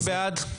מי בעד?